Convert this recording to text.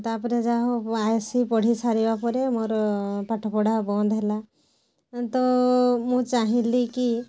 ତା'ପରେ ଯାହାହଉ ମୁଁ ଆ ଏସ୍ସି ପଢ଼ି ସାରିବା ପରେ ମୋର ପାଠ ପଢ଼ା ବନ୍ଦ ହେଲା ତ ମୁଁ ଚାହିଁଲି କି